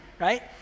right